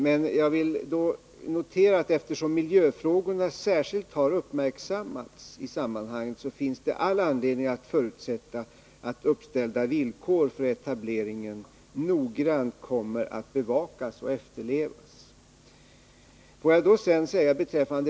Men eftersom miljöfrågorna i sammanhanget särskilt har uppmärksammats finns det all anledning att förutsätta att uppställda villkor för etableringen noggrant kommer att bevakas och efterlevas.